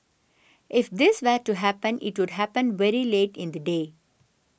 if this were to happen it would happen very late in the day